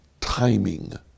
timing